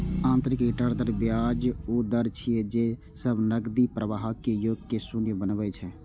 आंतरिक रिटर्न दर ब्याजक ऊ दर छियै, जे सब नकदी प्रवाहक योग कें शून्य बनबै छै